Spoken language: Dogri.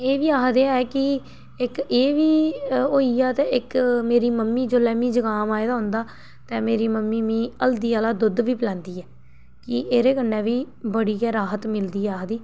एह् बी आखदे ऐ कि इक एह् बी होई गेआ ते इक मेरी मम्मी जेल्लै मि जकाम आए दा होंदा ते मेरी मम्मी मि हल्दी आह्ला दुद्ध बी पलैंदी ऐ कि एह्दे कन्नै बी बड़ी गै राह्त मिलदी आखदी